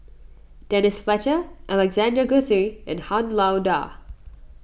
Denise Fletcher Alexander Guthrie and Han Lao Da